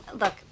Look